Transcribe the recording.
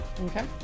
Okay